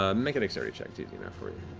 ah make a dexterity check, easy enough